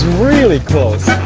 really close!